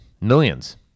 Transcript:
Millions